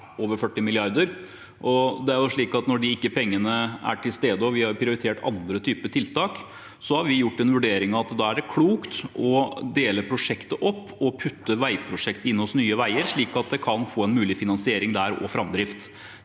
Når de pengene ikke er til stede, og vi har prioritert andre tiltak, har vi vurdert at det da er klokt å dele prosjektet opp og putte veiprosjektet inn hos Nye veier, slik at det kan få en mulig finansiering der og framdrift.